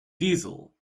diesel